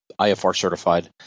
IFR-certified